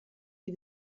die